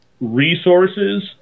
resources